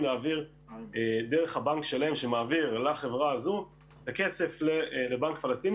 להעביר דרך הבנק שלהם שמעביר לחברה הזו את הכסף לבנק פלסטיני